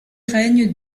règne